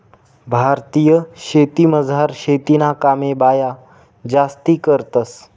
भारतीय शेतीमझार शेतीना कामे बाया जास्ती करतंस